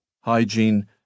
hygiene